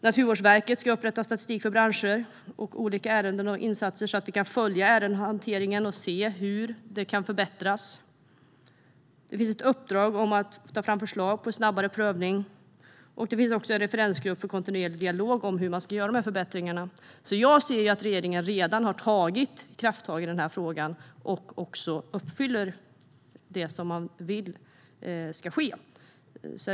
Naturvårdsverket ska upprätta statistik för branscher och olika ärenden och insatser så att vi kan följa ärendehanteringen och se hur den kan förbättras. Det finns ett uppdrag att ta fram förslag om snabbare prövning, och det finns en referensgrupp för kontinuerlig dialog om hur dessa förbättringar ska göras. Jag ser att regeringen redan har tagit krafttag i denna fråga och uppfyller det man vill ska ske.